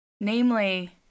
Namely